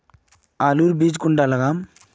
आलूर बीज कुंडा लगाम?